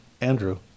Andrew